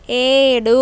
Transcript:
ఏడు